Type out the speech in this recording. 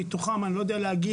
מתוכן אני לא יודע להגיד,